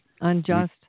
Unjust